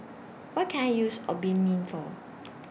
What Can I use Obimin For